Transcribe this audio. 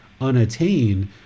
unattained